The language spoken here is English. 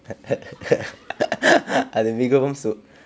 அது மிகவும் சுவை:athu mikavum suvai